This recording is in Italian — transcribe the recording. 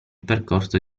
percorso